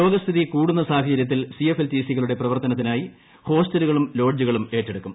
രോഗസ്ഥിതി കൂടുന്ന സാഹചര്യത്തിൽ C F L T സികളുടെ പ്രവർത്തനത്തിനായി ഹോസ്റ്റലുകളും ലോഡ്ജുകളും ഏറ്റെടുക്കും